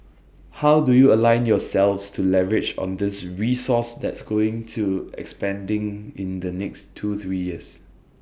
how do you align yourselves to leverage on this resource that's going to expanding in the next two three years